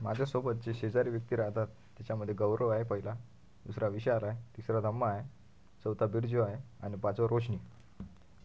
माझ्यासोबत जे शेजारी व्यक्ती राहतात त्यामध्ये गौरव आहे पहिला दुसरा विशाल आहे तिसरा रम्मा आहे चवथा बिरजू आहे आणि पाचवा रोशनी